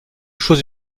chose